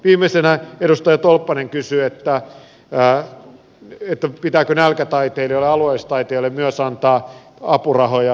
viimeisenä edustaja tolppanen kysyi pitääkö nälkätaiteilijoille alueellisille taiteilijoille myös antaa apurahoja